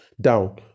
down